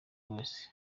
wese